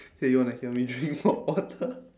!hey! you want to hear me drink more water